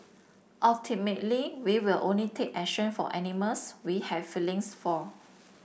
ultimately we will only take action for animals we have feelings for